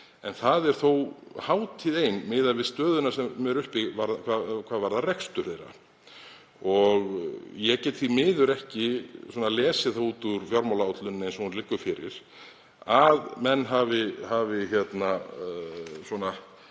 En það er þó hátíð ein miðað við stöðuna sem er uppi hvað varðar rekstur þeirra. Ég get því miður ekki lesið það út úr fjármálaáætluninni eins og hún liggur fyrir að menn hafi lagst